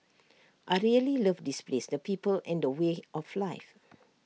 I really love this place the people and the way of life